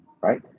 Right